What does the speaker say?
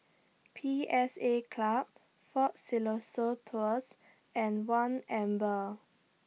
P S A Club Fort Siloso Tours and one Amber